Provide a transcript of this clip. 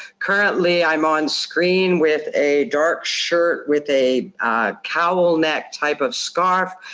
currently, i'm on screen with a dark shirt with a cowl neck type of scarf.